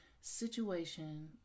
situation